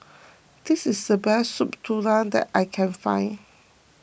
this is the best Soup Tulang that I can find